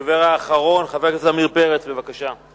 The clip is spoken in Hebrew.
הדובר האחרון, חבר הכנסת עמיר פרץ, בבקשה.